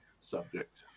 subject